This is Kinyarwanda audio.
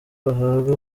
bahabwa